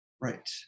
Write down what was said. Right